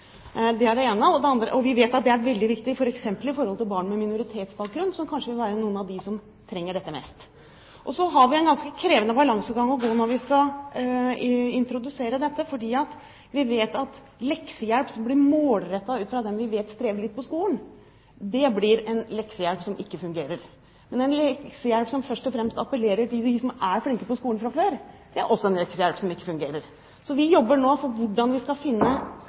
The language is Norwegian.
Vi vet at det er veldig viktig, f.eks. med tanke på barn med minoritetsbakgrunn, som kanskje vil være noen av dem som trenger dette mest. Vi har en ganske krevende balansegang å gå når vi skal introdusere dette, fordi vi vet at leksehjelp som blir målrettet ut fra dem som vi vet strever litt på skolen, blir en leksehjelp som ikke fungerer. Men en leksehjelp som først og fremst appellerer til dem som er flinke på skolen fra før, er også en leksehjelp som ikke fungerer. Vi jobber nå med hvordan vi skal finne